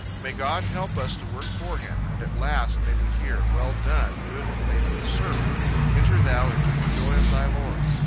may god help us to work for him, and at last may we hear, well done, good and faithful servant enter thou into the joy of thy lord